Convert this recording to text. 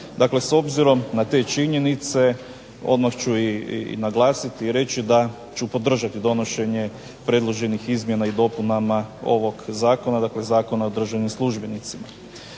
Dakle, s obzirom na te činjenice odmah ću i naglasiti i reći da ću podržati donošenje predloženim izmjenama i dopunama ovog zakona, dakle Zakona o državnim službenicima.